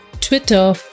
Twitter